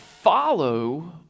follow